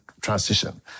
transition